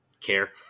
care